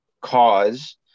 cause